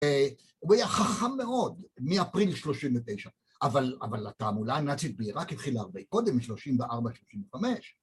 הוא היה חכם מאוד מאפריל שלושים ותשע, אבל, אבל התעמולה הנאצית בעיראק התחילה הרבה קודם, משלושים וארבע שלושים וחמש